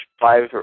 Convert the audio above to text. five